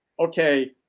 Okay